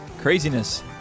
Craziness